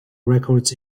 records